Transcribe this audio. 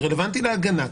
זה רלוונטי להגנה.